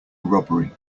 robbery